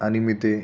आणि मी ते